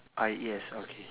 I E S okay